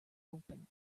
open